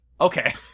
Okay